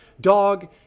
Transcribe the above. Dog